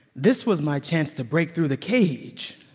this was my chance to break through the cage,